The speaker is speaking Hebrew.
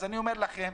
אז אני אומר לכם: